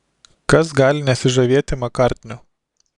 kas gali nesižavėti makartniu